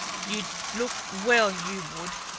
you'd look well, you would!